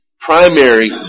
primary